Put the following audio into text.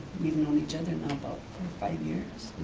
we've known each other now about five years.